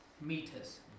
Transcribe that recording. meters